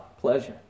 pleasure